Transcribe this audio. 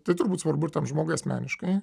tai turbūt svarbu ir tam žmogui asmeniškai